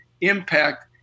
impact